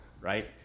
right